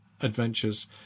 adventures